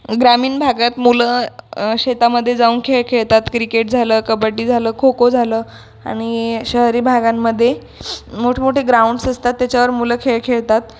ग्रामीण भागात मुलं शेतामधे जाऊन खेळ खेळतात क्रिकेट झालं कब्बड्डी झालं खोखो झालं आणि शहरी भागांमध्ये मोठमोठे ग्राऊंड्स असतात त्याच्यावर मुलं खेळ खेळतात